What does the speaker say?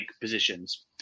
positions